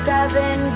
Seven